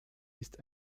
ist